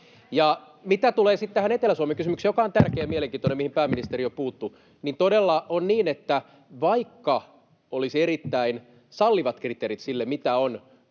sitten tähän Etelä-Suomen kysymykseen, joka on tärkeä ja mielenkiintoinen ja mihin pääministeri jo puuttui, niin todella on niin, että vaikka olisi erittäin sallivat kriteerit sille, mitä on